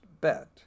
bet